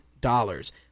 dollars